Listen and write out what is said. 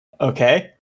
Okay